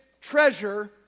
treasure